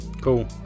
cool